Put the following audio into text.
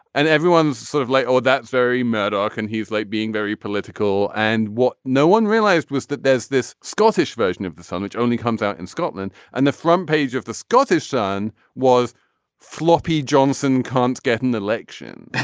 and everyone's sort of like oh that's very murdoch and he's like being very political. and what no one realized was that there's this scottish version of the song which only comes out in scotland and the front page of the scottish sun was floppy. johnson can't get an election.